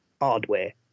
hardware